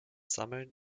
sammeln